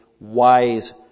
wise